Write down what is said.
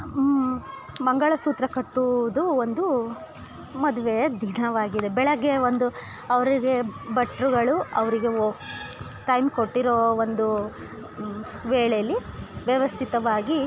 ಮ್ ಮಂಗಳ ಸೂತ್ರ ಕಟ್ಟುವುದು ಒಂದು ಮದುವೆಯ ದಿನವಾಗಿದೆ ಬೆಳಗ್ಗೆ ಒಂದು ಅವರಿಗೆ ಭಟ್ರುಗಳು ಅವರಿಗೆ ಒ ಟೈಮ್ ಕೊಟ್ಟಿರೋ ಒಂದು ವೇಳೆಯಲ್ಲಿ ವ್ಯವಸ್ಥಿತವಾಗಿ